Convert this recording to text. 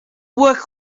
work